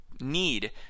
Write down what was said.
need